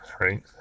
right